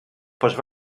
post